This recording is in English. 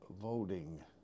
voting